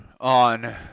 on